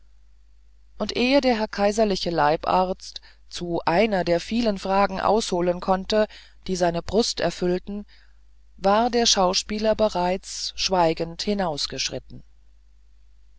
noch ehe der herr kaiserliche leibarzt zu einer der vielen fragen ausholen konnte die seine brust erfüllten war der schauspieler bereits schweigend